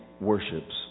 worships